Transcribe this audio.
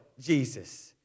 Jesus